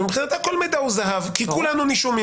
שמבחינתה על מידע הוא זהב, כי כולנו נישומים.